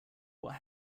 what